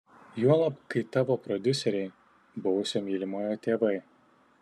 juolab kai tavo prodiuseriai buvusio mylimojo tėvai